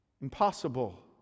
impossible